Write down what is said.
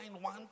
one